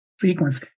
sequence